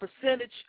percentage